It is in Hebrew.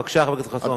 בבקשה, חבר הכנסת חסון.